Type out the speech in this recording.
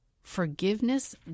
Forgiveness